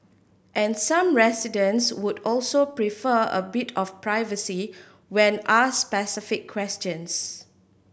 and some residents would also prefer a bit of privacy when asked specific questions